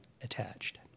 attached